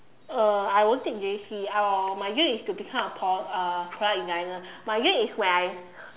uh I won't take J_C uh my dream is to become a pro~ uh product designer my dream is when I